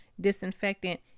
disinfectant